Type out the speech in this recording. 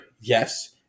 Yes